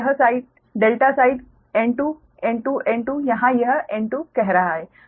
और यह side ∆ side N2 N2 N2 यहाँ यह N2 कह रहा है